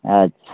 अच्छा